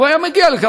הוא היה מגיע לכך.